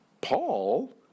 Paul